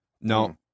No